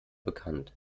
bekannt